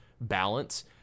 balance